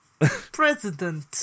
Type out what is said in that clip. President